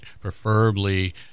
preferably